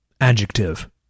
Adjective